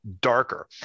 darker